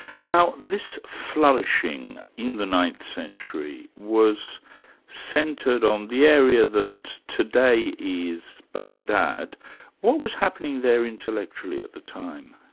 now this flourishing in the ninth century was centred on the area that today is baghdad what was happening there intellectually at the time?